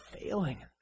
failing